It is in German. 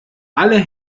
alle